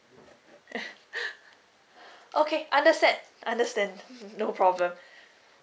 okay understand understand no problem